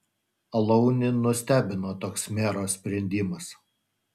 alaunį nustebino toks mero sprendimas